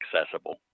accessible